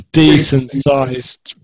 decent-sized